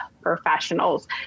professionals